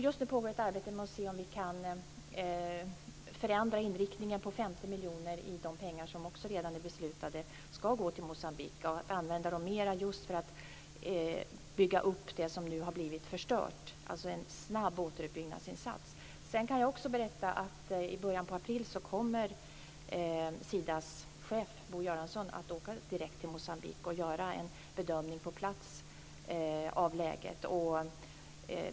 Just nu pågår ett arbete med att se om vi kan förändra inriktningen på 50 miljoner kronor av den summa som vi också redan beslutat ska gå till Moçambique, så att de kan användas mera just för att bygga upp det som nu har blivit förstört - alltså till en snabb återuppbyggnadsinsats. Sedan kan jag också berätta att Sidas chef Bo Göransson i början på april kommer att åka direkt till Moçambique och göra en bedömning av läget på plats.